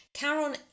Caron